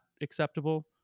acceptable